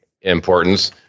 importance